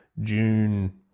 June